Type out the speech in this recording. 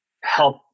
help